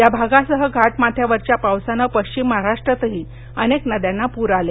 या भागासह घाटमाथ्यावरच्या पावसानं पश्चिम महाराष्ट्रातही अनेक नद्यांना पूर आले